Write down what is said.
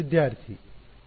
ವಿದ್ಯಾರ್ಥಿ ಸಮಯ ನೋಡಿ 0527